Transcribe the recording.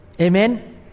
Amen